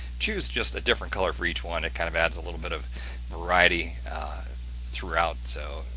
choose just a different color for each one, it kind of adds a little bit of variety throughout. so,